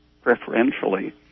Preferentially